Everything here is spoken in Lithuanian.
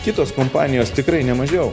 kitos kompanijos tikrai nemažiau